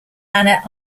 anna